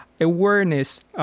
awareness